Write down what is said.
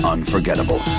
Unforgettable